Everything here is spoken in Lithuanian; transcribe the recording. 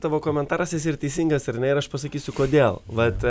tavo komentaras jis ir teisingas ir ne ir aš pasakysiu kodėl vat